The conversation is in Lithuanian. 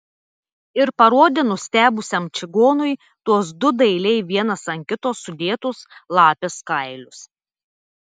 ir parodė nustebusiam čigonui tuos du dailiai vienas ant kito sudėtus lapės kailius